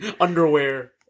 Underwear